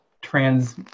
trans